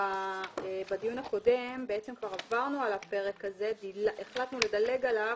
בדיון הקודם כבר עברנו על הפרק הזה והחלטנו לדלג עליו.